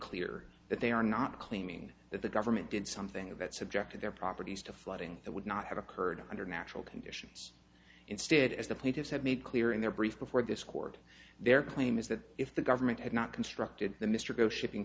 clear that they are not claiming that the government did something that subjected their properties to flooding that would not have occurred under natural conditions instead as the plaintiffs had made clear in their brief before this court their claim is that if the government had not constructed the mr go shipping